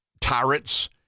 tyrants